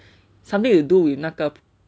something to do with 那个